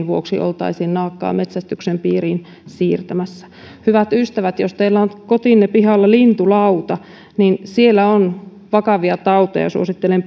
vuoksi oltaisiin naakkaa metsästyksen piiriin siirtämässä hyvät ystävät jos teillä on kotinne pihalla lintulauta niin siellä on vakavia tauteja suosittelen